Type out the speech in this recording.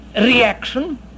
reaction